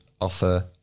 offer